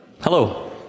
Hello